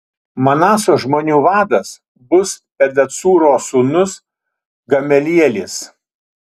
manaso žmonių vadas bus pedacūro sūnus gamelielis